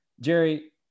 Jerry